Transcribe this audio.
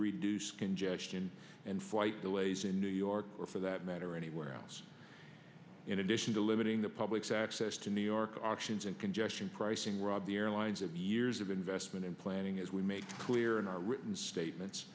reduce congestion and flight delays in new york or for that matter anywhere else in addition to limiting the public's access to new york our actions and congestion pricing rob the airlines have years of investment in planning as we make clear in our written statements